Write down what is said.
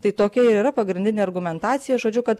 tai tokia ir yra pagrindinė argumentacija žodžiu kad